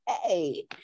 hey